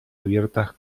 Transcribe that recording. abiertas